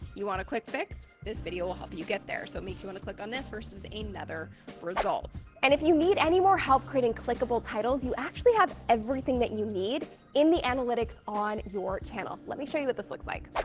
you want a quick fix? this video will help you get there. so it makes you want to click on this versus another result. and, if you need anymore help creating clickable titles, you actually have everything that you need in the analytics on your channel. let me show you what this looks like.